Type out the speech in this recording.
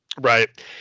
Right